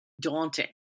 daunting